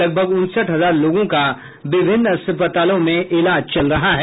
लगभग उनसठ हजार लोगों का विभिन्न अस्पतालों में इलाज चल रहा है